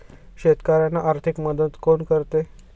शेतकऱ्यांना आर्थिक मदत कोण करते?